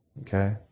Okay